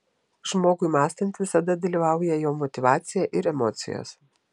žmogui mąstant visada dalyvauja jo motyvacija ir emocijos